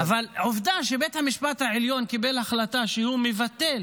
אבל עובדה שבית המשפט העליון קיבל החלטה שהוא מבטל